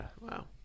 Wow